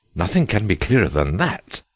nothing can be clearer than that.